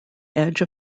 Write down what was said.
edge